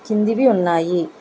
కిందివి ఉన్నాయి